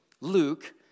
Luke